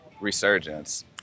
resurgence